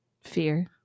Fear